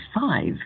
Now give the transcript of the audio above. five